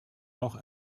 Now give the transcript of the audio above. auch